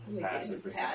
Passive